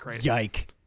Yike